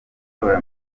gutora